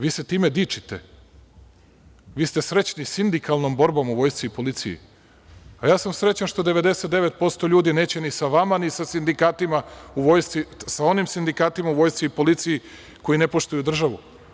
Vi se time dičite, vi ste srećni sindikalnom borbom u vojsci i policiji, a ja sam srećan što 99% ljudi neće ni sa vama, ni sa onim sindikatima u vojsci i policiji, koji ne poštuju državu.